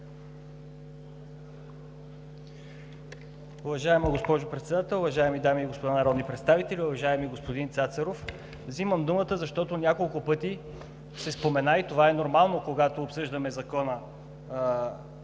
Уважаема госпожо Председател, уважаеми дами и господа народни представители, уважаеми господин Цацаров! Взимам думата, защото няколко пъти се спомена, и това е нормално, когато обсъждаме